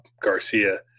Garcia